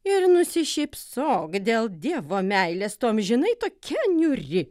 ir nusišypsok dėl dievo meilės tu amžinai tokia niūri